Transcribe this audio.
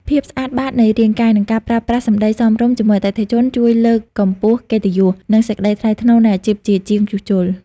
ភាពស្អាតបាតនៃរាងកាយ និងការប្រើប្រាស់សម្តីសមរម្យជាមួយអតិថិជន ជួយលើកកម្ពស់កិត្តិយស និងសេចក្តីថ្លៃថ្នូរនៃអាជីពជាជាងជួសជុល។